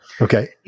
Okay